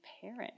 parent